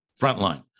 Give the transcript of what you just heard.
Frontline